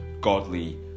godly